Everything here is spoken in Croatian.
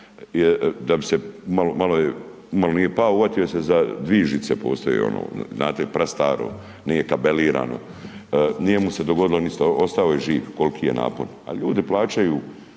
da bi se, umalo nije pao, uhvatio se za dvije žive, postoje, znate, prastaro, nije kabelirano, nije mu se dogodilo ništa, ostao je živ koliki je napon, a ljudi plaćaju